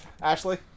Ashley